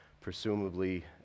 presumably